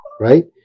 right